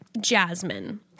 jasmine